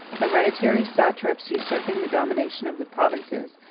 hereditary satraps usurping the dominion of the provinces,